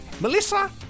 Melissa